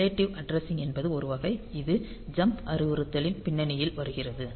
relative addressing என்பது ஒரு வகை இது ஜம்ப் அறிவுறுத்தலின் பின்னணியில் வருகிறது